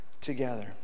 together